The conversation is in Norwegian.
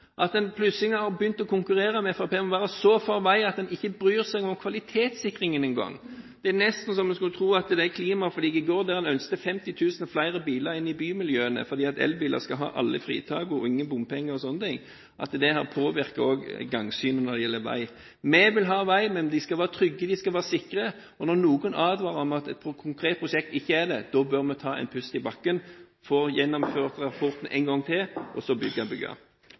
En har plutselig begynt å konkurrere med Fremskrittspartiet om å være så for vei at en ikke bryr seg om kvalitetssikringen engang. Det er nesten så en skulle tro at klimaforliket i går – der en ønsket 50 000 flere biler inn i bymiljøene fordi alle elbilene skal ha fritak og ingen bompenger – har påvirket også gangsynet når det gjelder vei. Vi vil ha vei, men de skal være trygge og sikre. Når noen advarer om at et konkret prosjekt ikke er det, bør vi ta en pust i bakken for å gjennomgå rapporten en gang til, og så begynne å bygge. For å gjenta fort Fremskrittspartiets forslag: Vi foreslår ikke å bygge,